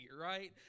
right